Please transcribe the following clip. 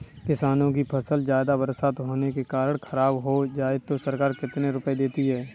किसानों की फसल ज्यादा बरसात होने के कारण खराब हो जाए तो सरकार कितने रुपये देती है?